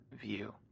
view